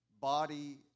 body